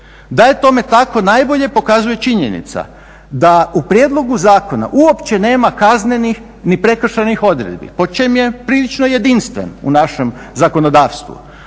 Da je tome tako najbolje pokazuje činjenica da u prijedlogu zakona uopće nema kaznenih ni prekršajnih odredbi po čem je prilično jedinstven u našem zakonodavstvu.